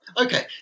Okay